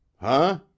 Huh